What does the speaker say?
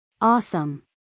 Awesome